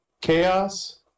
chaos